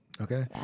Okay